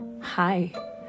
Hi